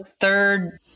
third